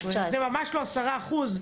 זה ממש לא עשרה אחוז,